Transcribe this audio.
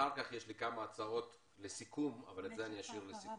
אחר כך יש לי כמה הצעות אבל אשאיר את זה לסיכום.